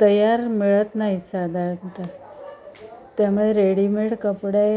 तयार मिळत नाहीत साधारणत त्यामुळे रेडीमेड कपडे